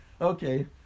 Okay